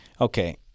Okay